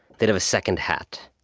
they'd have a second hat.